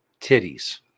titties